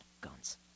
guns